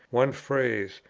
one phrase,